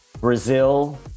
Brazil